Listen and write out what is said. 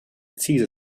cesar